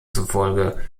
zufolge